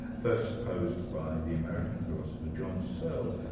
first posed by the american philosopher, john so